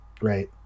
right